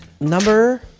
Number